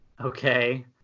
okay